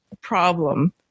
problem